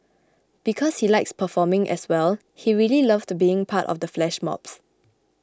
because he likes performing as well he really loved being a part of the flash mobs